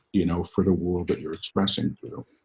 you know, for the wool that you're expressing through.